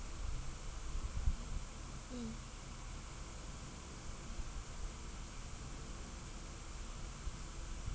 mm